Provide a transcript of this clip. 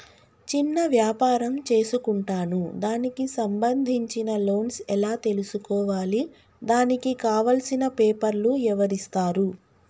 చిన్న వ్యాపారం చేసుకుంటాను దానికి సంబంధించిన లోన్స్ ఎలా తెలుసుకోవాలి దానికి కావాల్సిన పేపర్లు ఎవరిస్తారు?